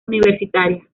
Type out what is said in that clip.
universitaria